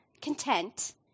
content